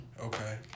Okay